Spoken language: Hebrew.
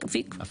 אפיק,